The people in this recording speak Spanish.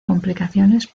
complicaciones